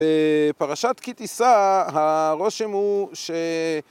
בפרשת כי תיסע, הרושם הוא ש...